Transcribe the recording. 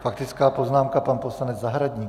Faktická poznámka, pan poslanec Zahradník.